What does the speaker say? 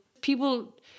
people